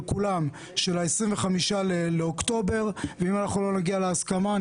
כולם של ה-25 באוקטובר ואם לא נגיע להסכמה,